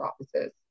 offices